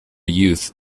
youth